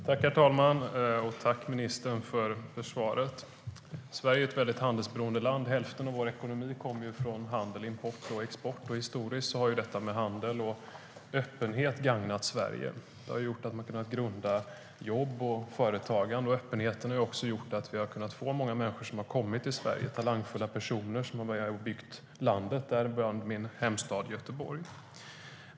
Herr talman! Tack, ministern, för svaret! Sverige är ett mycket handelsberoende land. Hälften av vår ekonomi kommer ju från handel - import och export. Historiskt har detta med handel och öppenhet gagnat Sverige. Det har gjort att man har kunnat grunda jobb och företagande, och öppenheten har också gjort att vi har kunnat få många människor som har kommit till Sverige, talangfulla personer som har varit med och byggt landet, däribland min hemstad Göteborg.